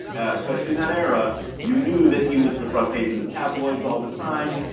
especially in that era, you knew that he was the front page of the tabloids all the time.